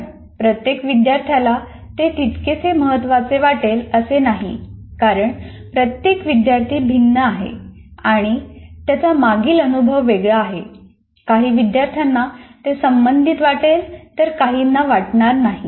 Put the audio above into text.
पण प्रत्येक विद्यार्थ्याला ते तितकेच महत्त्वाचे वाटेल असे नाही कारण प्रत्येक विद्यार्थी भिन्न आहे आणि त्याचा मागील अनुभव वेगळा आहे काही विद्यार्थ्यांना ते संबंधित वाटेल तर काहींना वाटणार नाही